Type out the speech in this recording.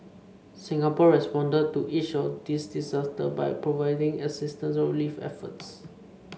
Singapore responded to each of these disasters by providing assistance or relief efforts